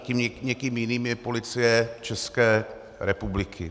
Tím někým jiným je Policie České republiky.